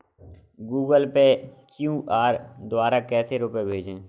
Google Pay QR द्वारा कैसे रूपए भेजें?